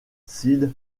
sid